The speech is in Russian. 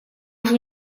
уже